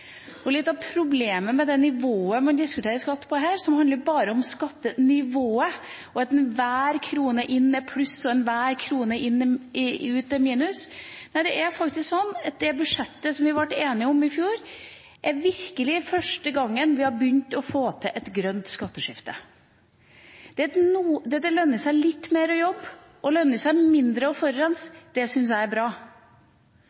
Litt av problemet med det nivået man diskuterer skatt på her, er at det bare handler om skattenivået, og at enhver krone inn er pluss og enhver krone ut er minus. Nei, det er faktisk sånn at det budsjettet vi ble enige om i fjor, virkelig var første gangen vi begynte å få til et grønt skatteskifte. Det at det lønner seg litt mer å jobbe og lønner seg mindre å forurense,